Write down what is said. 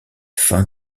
fin